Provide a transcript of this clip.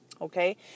Okay